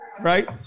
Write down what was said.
right